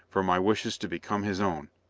for my wishes to become his own.